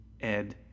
Ed